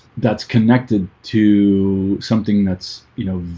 that's connected to something that's you know,